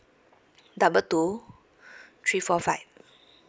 double two three four five